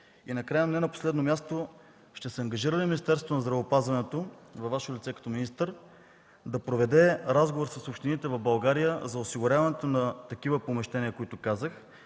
Накрая, не на последно място, ще се ангажира ли Министерството на здравеопазването във Ваше лице, като министър, да проведе разговор с общините в България за осигуряването на такива помещения, за които казах